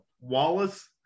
Wallace